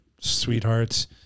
sweethearts